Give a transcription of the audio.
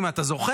אם אתה זוכר,